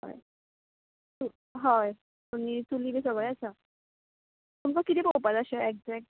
हय हय चुली बी सगळे आसा तुमका कितें पोवपाक जाय अशें एकजेक्ट